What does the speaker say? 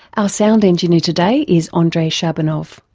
ah sound engineer today is ah andrei shabunov.